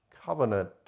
covenant